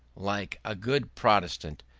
like a good protestant,